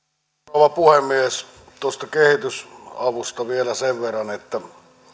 rouva puhemies tuosta kehitysavusta vielä sen verran että